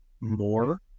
more